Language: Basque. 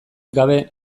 gabe